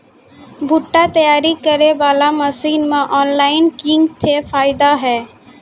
भुट्टा तैयारी करें बाला मसीन मे ऑनलाइन किंग थे फायदा हे?